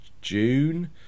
June